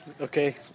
Okay